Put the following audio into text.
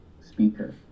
speaker